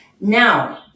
Now